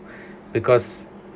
because